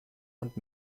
und